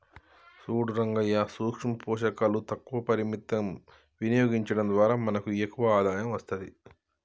సూడు రంగయ్యా సూక్ష పోషకాలు తక్కువ పరిమితం వినియోగించడం ద్వారా మనకు ఎక్కువ ఆదాయం అస్తది